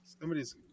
Somebody's